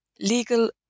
legal